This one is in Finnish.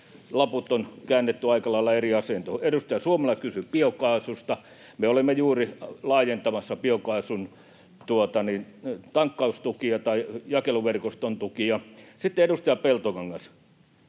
on käännetty aika lailla eri asentoon. Edustaja Suomela kysyi biokaasusta. Me olemme juuri laajentamassa biokaasun jakeluverkoston tukia. Sitten, edustaja Peltokangas,